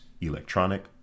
electronic